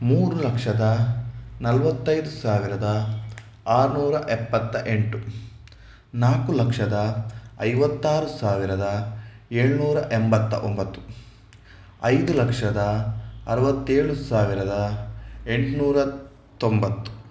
ಮೂರು ಲಕ್ಷದ ನಲ್ವತ್ತೈದು ಸಾವಿರದ ಆರ್ನೂರ ಎಪ್ಪತ್ತ ಎಂಟು ನಾಲ್ಕು ಲಕ್ಷದ ಐವತ್ತಾರು ಸಾವಿರದ ಏಳ್ನೂರ ಎಂಬತ್ತ ಒಂಬತ್ತು ಐದು ಲಕ್ಷದ ಅರವತ್ತೇಳು ಸಾವಿರದ ಎಂಟ್ನೂರ ತೊಂಬತ್ತು